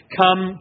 come